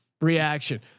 reaction